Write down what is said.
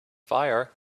fire